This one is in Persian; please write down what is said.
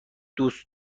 دوست